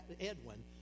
Edwin